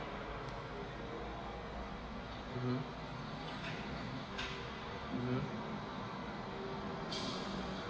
(uh huh) (uh huh)